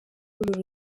w’uru